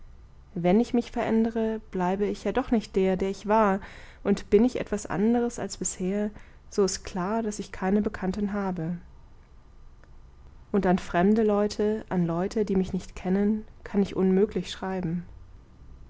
daß ich mich verändere bleibe ich ja doch nicht der der ich war und bin ich etwas anderes als bisher so ist klar daß ich keine bekannten habe und an fremde leute an leute die mich nicht kennen kann ich unmöglich schreiben